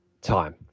time